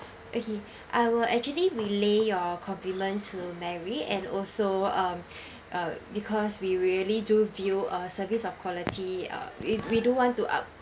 okay I will actually relay your compliment to mary and also um uh because we really do view uh service of quality uh we we don't want to up